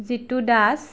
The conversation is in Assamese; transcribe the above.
জিতু দাছ